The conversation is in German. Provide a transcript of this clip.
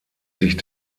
sich